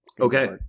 Okay